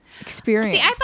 experience